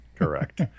correct